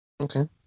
Okay